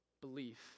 belief